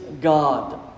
God